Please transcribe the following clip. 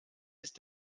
ist